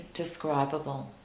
indescribable